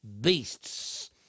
beasts